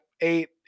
Eight